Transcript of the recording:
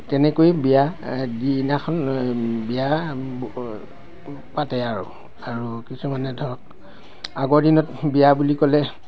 তেনেকৈয়ে বিয়া দিনাখন বিয়া পাতে আৰু আৰু কিছুমানে ধৰক আগৰ দিনত বিয়া বুলি ক'লে